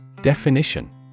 Definition